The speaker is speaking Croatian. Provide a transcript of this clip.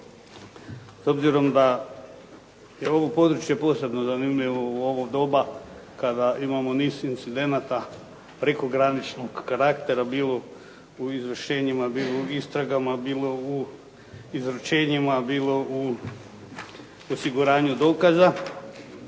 S obzirom da je ovo područje posebno zanimljivo u ovo doba kada imamo niz incidenata prekograničnog karaktera, bilo u izvršenjima, bilo u istragama, bilo u izručenjima, bilo u osiguranju dokaza,